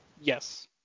Yes